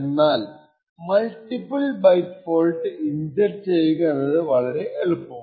എന്നാൽ multiple byte fault inject ചെയ്യുക എന്നത് വളരെ എളുപ്പമാണ്